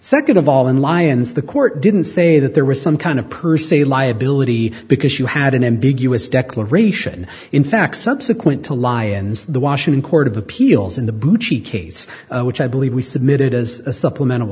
second of all in lyons the court didn't say that there was some kind of per se liability because you had an ambiguous declaration in fact subsequent to lions the washington court of appeals in the buchi case which i believe we submitted as a supplemental